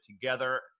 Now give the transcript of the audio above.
together